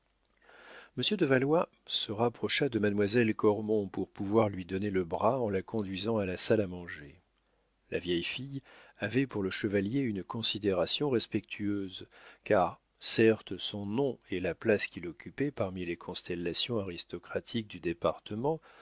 monsieur de valois se rapprocha de mademoiselle cormon pour pouvoir lui donner le bras en la conduisant à la salle à manger la vieille fille avait pour le chevalier une considération respectueuse car certes son nom et la place qu'il occupait parmi les constellations aristocratiques du département